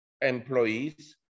employees